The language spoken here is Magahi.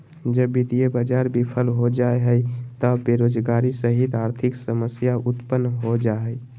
जब वित्तीय बाज़ार बिफल हो जा हइ त बेरोजगारी सहित आर्थिक समस्या उतपन्न हो जा हइ